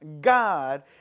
God